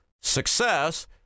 success